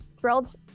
thrilled